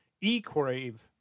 e-crave